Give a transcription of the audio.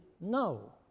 No